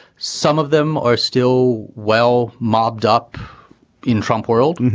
some of them are still well mobbed up in trump world,